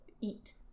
eat